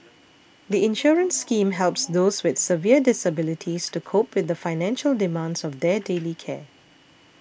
the insurance scheme helps those with severe disabilities to cope with the financial demands of their daily care